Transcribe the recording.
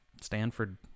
Stanford